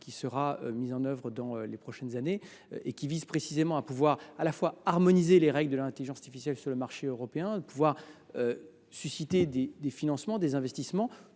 qui sera mis en œuvre dans les prochaines années. Celui ci vise précisément à harmoniser les règles de l’intelligence artificielle sur le marché européen et à susciter des financements et des investissements,